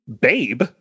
Babe